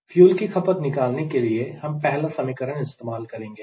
fuel की खपत निकालने के लिए हम पहला समीकरण इस्तेमाल करेंगे